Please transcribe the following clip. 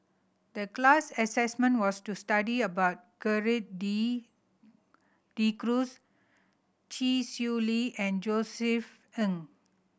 the class assignment was to study about Gerald De De Cruz Chee Swee Lee and Josef Ng